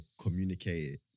communicate